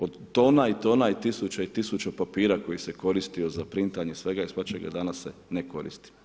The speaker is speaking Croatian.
Od tona i tona, tisuće i tisuće papira, koji se koristio za printanje i svega i svačega, danas ne koristi.